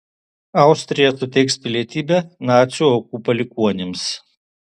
austrija suteiks pilietybę nacių aukų palikuonims